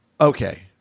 Okay